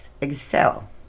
excel